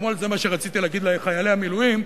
ואתמול זה מה שרציתי להגיד לחיילי המילואים,